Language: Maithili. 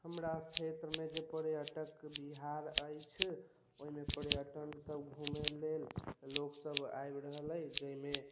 हमरा क्षेत्र मे जे पर्यटक बिहार अछि ओहिमे पर्यटन सब घूमे लेल लोग सब आबि रहल अछि जाहि मे